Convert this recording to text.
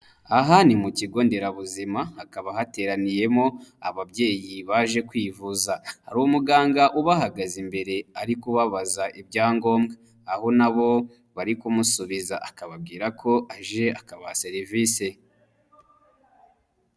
Aha ni mu kigo nderabuzima, hakaba hateraniyemo ababyeyi baje kwivuza, hari umuganga ubahagaze imbere, ari kubabaza ibyangombwa, aho nabo bari kumusubiza, akababwira ko aje akabaha serivisi.